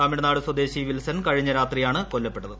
തമിഴ്നാട് സ്വദേശി വിൽസൺ കഴിഞ്ഞ രാത്രിയാണ് കൊല്ലപ്പെട്ടത്